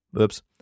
oops